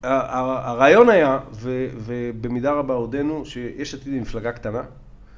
הרעיון היה, ובמידה רבה עודנו, שיש עתיד היא מפלגה קטנה.